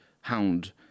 hound